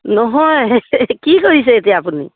নহয় কি কৰিছে এতিয়া আপুনি